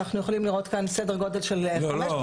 אנחנו יכולים לראות כאן סדר גודל של -- לא,